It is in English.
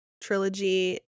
trilogy